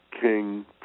king